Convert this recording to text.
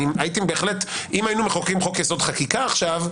אם היינו מחוקקים חוק-יסוד: חקיקה עכשיו,